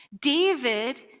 David